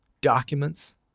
documents